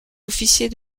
officier